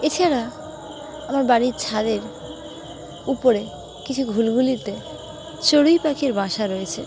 এছাড়া আমার বাড়ির ছাদের উপরে কিছু ঘুলঘুলিতে চড়ুই পাখির বাসা রয়েছে